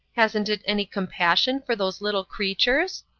hasn't it any compassion for those little creature?